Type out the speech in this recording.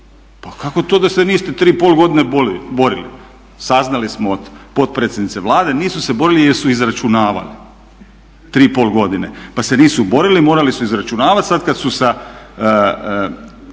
Pa kako to da se niste tri i pol godine borili? Saznali smo od potpredsjednice Vlade, nisu se borili jer su izračunavali tri i pol godine, pa se nisu borili, morali su izračunavati. Sad kad su sa